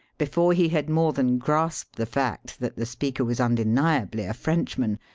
before he had more than grasped the fact that the speaker was undeniably a frenchman,